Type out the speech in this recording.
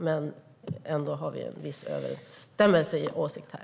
Men vi har ändå en viss överensstämmelse i åsikter här.